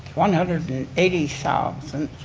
one hundred and eighty thousand,